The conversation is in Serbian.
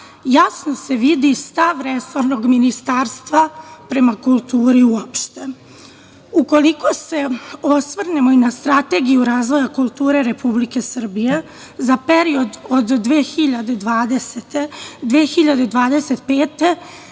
jasno se vidi stav resornog ministarstva prema kulturi uopšte. Ukoliko se osvrnemo i na strategiju razvoja kulture Republike Srbije za period od 2020/2025.